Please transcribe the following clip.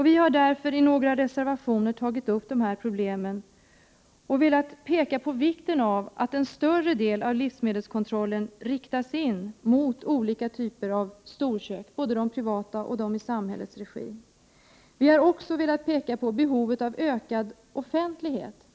Vi har därför i några reservationer tagit upp dessa problem och velat peka på vikten av att en större del av livsmedelskontrollen riktas in mot olika typer av storkök, både de privata och de i samhällets regi. Vi har också velat peka på behovet av ökad offentlighet.